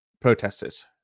protesters